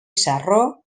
sarró